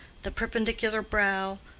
the perpendicular brow,